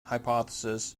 hypothesis